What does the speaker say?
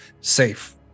safe